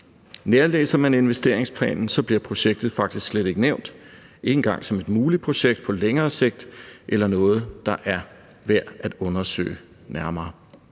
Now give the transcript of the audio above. Nærlæser man investeringsplanen, ser man, at projektet faktisk slet ikke bliver nævnt, ikke engang som et muligt projekt på længere sigt eller noget, der er værd at undersøge nærmere.